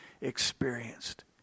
experienced